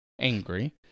angry